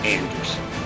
Anderson